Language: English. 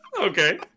Okay